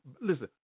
listen